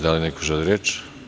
Da li neko želi reč?